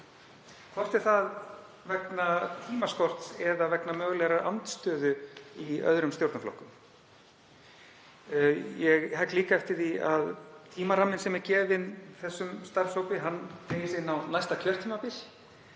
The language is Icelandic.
hvort er það vegna tímaskorts eða vegna mögulegrar andstöðu í öðrum stjórnarflokkum? Ég hegg líka eftir því að tímaramminn sem gefinn er þessum starfshópi teygir sig inn á næsta kjörtímabil.